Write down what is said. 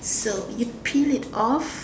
so you peel it off